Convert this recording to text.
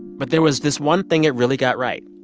but there was this one thing it really got right,